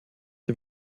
die